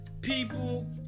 people